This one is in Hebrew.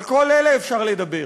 על כל אלה אפשר לדבר,